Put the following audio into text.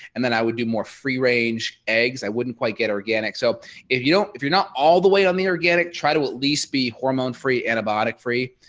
and then i would do more free range eggs. i wouldn't quite get organic so if you don't, if you're not all the way on the organic try to at least be hormone free antibiotic free,